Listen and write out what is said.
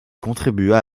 contribua